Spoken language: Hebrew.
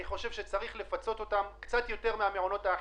אני חושב שצריך לפצות אותם קצת יותר מהמעונות האחרים,